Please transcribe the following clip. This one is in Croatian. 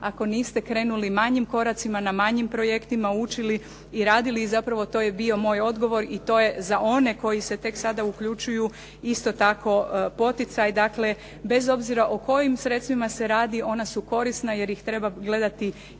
ako niste krenuli manjim koracima, na manjim projektima učili i radili. I zapravo to je bio moj odgovor i to je za one koji se tek sada uključuju isto tako poticaj. Dakle, bez obzira o kojim sredstvima se radi ona su korisna jer ih treba gledati i sa